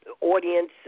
audience